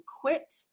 quit